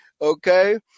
Okay